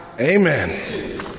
Amen